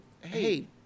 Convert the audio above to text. hey